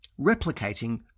replicating